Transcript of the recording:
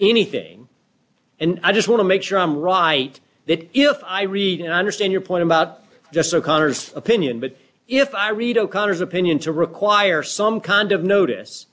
anything and i just want to make sure i'm right that if i read and understand your point about just o'connor's opinion but if i read o'connor's opinion to require some kind of notice